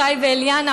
שי ואליענה,